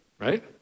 Right